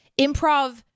improv